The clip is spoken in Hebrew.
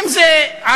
אם זה ערבים,